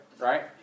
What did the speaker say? right